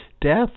death